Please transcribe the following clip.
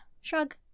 shrug